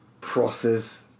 process